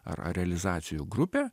ar ar realizacijų grupė